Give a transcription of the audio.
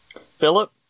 Philip